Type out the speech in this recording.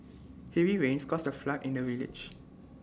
heavy rains caused A flood in the village